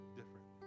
different